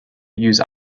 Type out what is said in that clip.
use